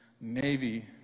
Navy